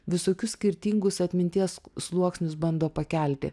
visokius skirtingus atminties sluoksnius bando pakelti